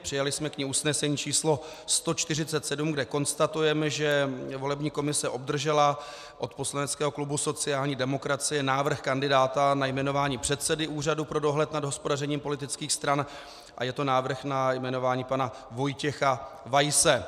Přijali jsme k ní usnesení číslo 147, kde konstatujeme, že volební komise obdržela od poslaneckého klubu sociální demokracie návrh kandidáta na jmenování předsedy Úřadu pro dohled nad hospodařením politických stran a je to návrh na jmenování pana Vojtěcha Weise.